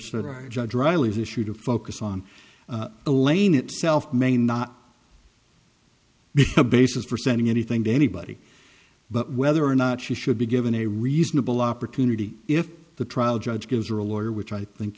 said judge riley's issue to focus on the lane itself may not be the basis for sending anything to anybody but whether or not she should be given a reasonable opportunity if the trial judge gives her a lawyer which i think